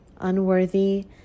unworthy